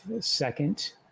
second